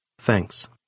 Thanks